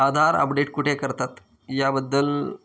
आधार update कुठे करतात याबद्दल